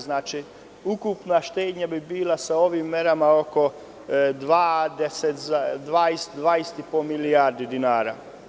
Znači, ukupna štednja bi bila sa ovim merama oko 20,5 milijardi dinara.